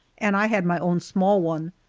and i had my own small one,